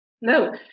no